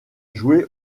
joué